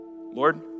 Lord